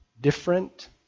different